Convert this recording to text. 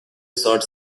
sought